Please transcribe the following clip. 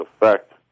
effect